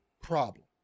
problem